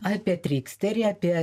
apie triksterį apie